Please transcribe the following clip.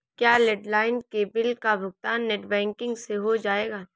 क्या लैंडलाइन के बिल का भुगतान नेट बैंकिंग से हो जाएगा?